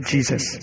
Jesus